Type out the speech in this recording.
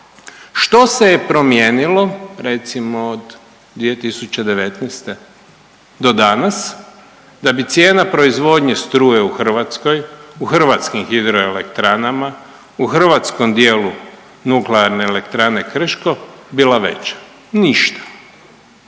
Što se je promijenilo recimo od 2019. do danas da bi cijena proizvodnje struje u Hrvatskoj, u hrvatskim hidroelektranama, u hrvatskom dijelu Nuklearne elektrane Krško bila veća? Ništa.